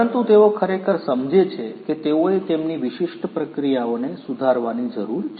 પરંતુ તેઓ ખરેખર સમજે છે કે તેઓએ તેમની વિશિષ્ટ પ્રક્રિયાઓને સુધારવાની જરૂર છે